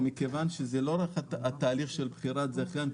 מכיוון שזה לא רק תהליך בחירת זכיין.